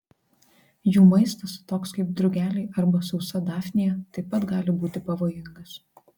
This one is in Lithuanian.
jų maistas toks kaip drugeliai arba sausa dafnija taip pat gali būti pavojingas